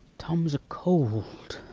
tom's a-cold.